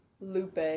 Lupe